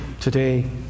today